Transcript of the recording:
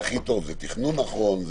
זה הכי טוב, זה תכנון נכון,